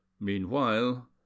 Meanwhile